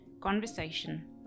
conversation